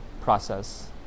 process